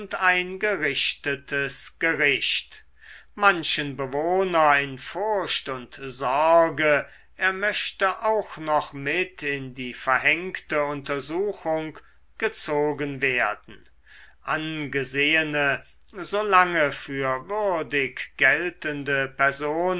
gerichtetes gericht manchen bewohner in furcht und sorge er möchte auch noch mit in die verhängte untersuchung gezogen werden angesehene so lange für würdig geltende personen